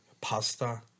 pasta